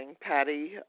Patty